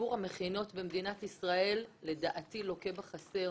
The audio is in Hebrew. סיפור המכינות במדינת ישראל לדעתי לוקה בחסר,